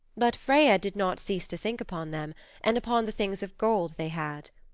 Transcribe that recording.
but freya did not cease to think upon them and upon the things of gold they had.